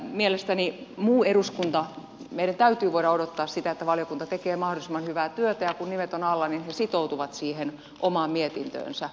mielestäni meidän muun eduskunnan täytyy voida odottaa sitä että valiokunta tekee mahdollisimman hyvää työtä ja kun nimet ovat alla niin he sitoutuvat siihen omaan mietintöönsä